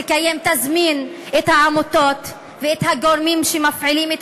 תזמין את העמותות ואת הגורמים שמפעילים את